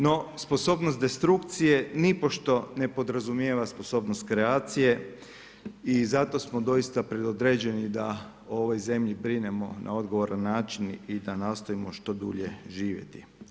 No sposobnost destrukcije nipošto ne podrazumijeva sposobnost kreacije i zato smo dosita predodređeni da o ovoj zemlji brinemo na odgovoran način i da nastojimo što dulje živjeti.